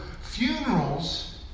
funerals